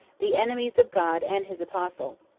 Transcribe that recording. the enemies of god and his apostle.